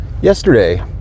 yesterday